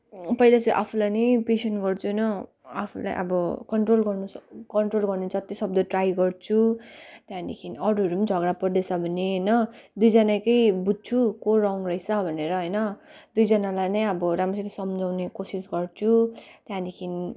पहिले चाहिँ आफूलाई नै पेसेन्स गर्छु हैन आफूलाई अब कन्ट्रोल गर्न कन्ट्रोल गर्न जत्तिसक्दो ट्राई गर्छु त्यहाँदेखि अरूहरू पनि झगडा पर्दैछ भने होइन दुईजनाकै बुझ्छु को रङ रहेछ भनेर होइन दुईजनालाई नै अब राम्ररी सम्झाउने कोसिस गर्छु त्यहाँदेखि